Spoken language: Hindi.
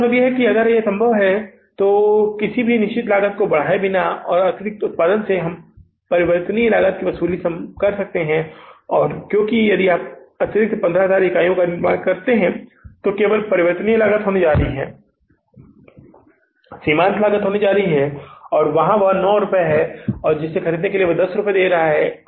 तो इसका मतलब है कि अगर यह संभव है कि किसी भी निश्चित लागत को बढ़ाए बिना और अतिरिक्त उत्पादन से परिवर्तनीय लागत की वसूली संभव है क्योंकि यदि आप अतिरिक्त 15000 इकाइयों का निर्माण करते हैं तो केवल परिवर्तनीय लागत होने जा रही है सीमांत लागत होने जा रही है वहाँ और वह 9 रुपये है जिसे वह खरीदने के लिए 10 रुपये में दे रहा है